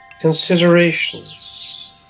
considerations